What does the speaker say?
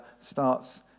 starts